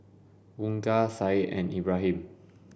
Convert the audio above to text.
Bunga Syed and Ibrahim